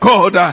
God